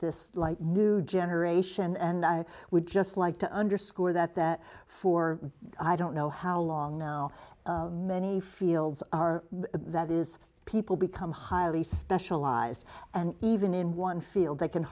this new generation and i would just like to underscore that that for i don't know how long now many fields are that is people become highly specialized and even in one field they can